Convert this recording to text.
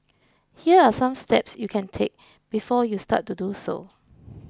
here are some steps you can take before you start to do so